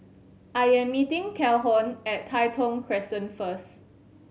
I am meeting Calhoun at Tai Thong Crescent first